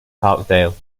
parkdale